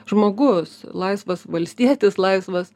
žmogus laisvas valstietis laisvas